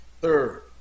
third